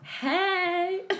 hey